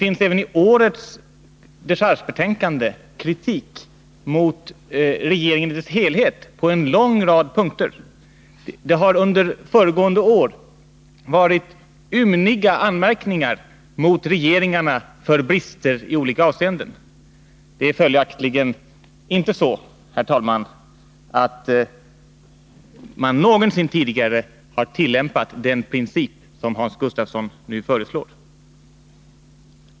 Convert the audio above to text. I årets dechargebetänkande anförs kritik även mot regeringen i dess helhet på en lång rad punkter. Under föregående år har anmärkningarna mot regeringarna för brister i olika avseenden varit ymniga. Det är följaktligen inte så, herr talman, att man någonsin tidigare har tillämpat den princip som Hans Gustafsson nu för fram.